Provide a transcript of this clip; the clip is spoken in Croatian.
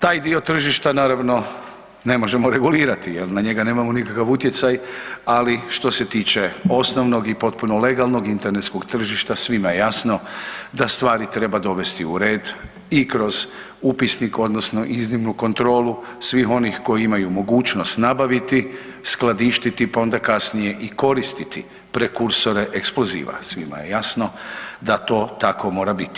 Taj dio tržišta naravno ne možemo regulirati jel, na njega nemamo nikakav utjecaj, ali što se tiče osnovnog i potpuno legalnog internetskog tržišta svima je jasno da stvari treba dovesti u red i kroz upisnik odnosno iznimnu kontrolu svih onih koji imaju mogućnost nabaviti, skladištiti, pa onda kasnije i koristiti prekursore eksploziva, svima je jasno da to tako mora biti.